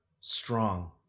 strong